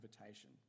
invitation